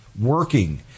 working